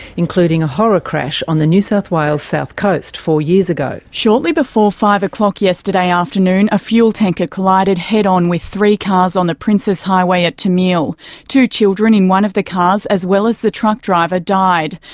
including a horror crash on the new south wales south coast four years ago. shortly before five o'clock yesterday afternoon a fuel tanker collided head-on with three cars on the princes highway at termeil. two children in one of the cars as well as the truck driver died.